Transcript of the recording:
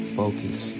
focus